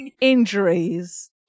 injuries